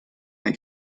der